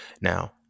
Now